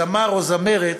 זמר או זמרת,